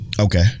Okay